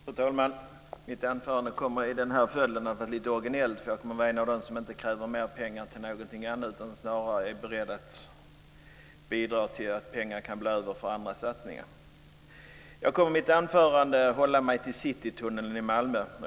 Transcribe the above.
Fru talman! Mitt anförande kommer i den här följden att framstå som lite originellt. Jag är en av dem som inte kräver mer pengar till någonting utan är snarare beredd att bidra till att pengar kan bli över för andra satsningar. Jag kommer i mitt anförande att hålla mig till Citytunneln i Malmö.